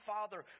Father